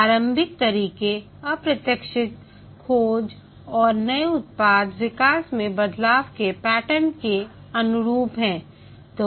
प्रारंभिक तरीके अप्रत्याशित खोज और नए उत्पाद विकास में बदलाव के पैटर्न के अनुरूप हैं